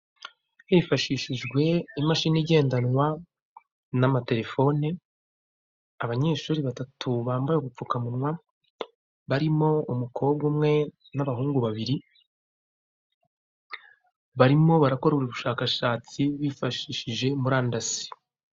Hifashishijwe imashini igendanwa nama telefone abanyeshuri batatu bambaye ubupfukamunwa barimo umukobwa umwe n'abahungu babiri barimo barakora ubushakashatsi bifashishije murandasi.